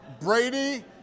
Brady